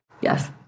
Yes